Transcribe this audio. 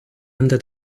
under